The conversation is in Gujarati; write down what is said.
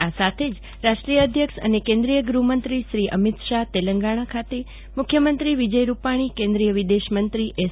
અ સાથે જ રાષ્ટ્રીય અધ્યક્ષ અન કેન્દ્રીય ગહમંત્રીશ્રી અમીત શાહ તેલંગાણા ખાત મુખ્યમંત્રો વિજય રૂપાણી કન્દ્રીય વિદશમંત્રો એસ